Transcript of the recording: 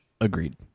Agreed